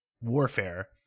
warfare